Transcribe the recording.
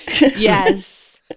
Yes